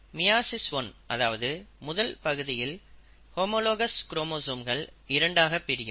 meiosis 1 அதாவது முதல் பகுதியில் ஹோமோலாகஸ் குரோமோசோம்கள் இரண்டாக பிரியும்